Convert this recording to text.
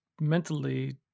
mentally